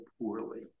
poorly